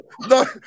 no